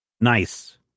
Nice